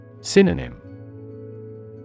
Synonym